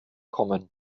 kommen